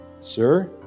sir